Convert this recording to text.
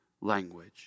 language